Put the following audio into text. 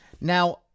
Now